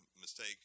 mistake